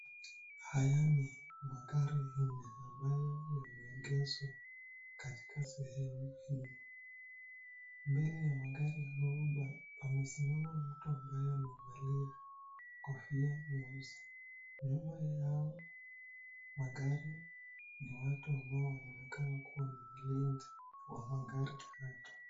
Haya ni magari nne ambayo yameegezwa katika sehemu hii, mbele ya magari haoni amesimama mtu ambaye amevalia kofia nyeusi. Nyuma yao magari ni watu wameonekana ni walinzi wa magari haya.